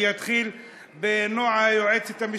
אני אתחיל בנועה, היועצת המשפטית,